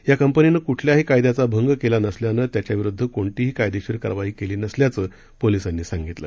या कंपनीनं कुठल्याही कायद्याचा भंग केला नसल्यानं त्याच्याविरुद्ध कोणतीही कायदेशीर कारवाई केली नसल्याचं पोलीसांनी सांगितलं